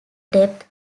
depth